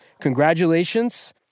Congratulations